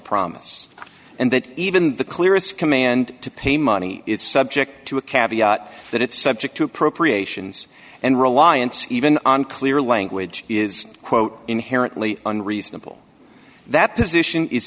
promise and that even the clearest command to pay money is subject to a cab that it's subject to appropriations and reliance even on clear language is quote inherently unreasonable that position is